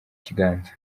kiganza